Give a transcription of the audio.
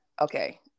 okay